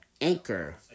Anchor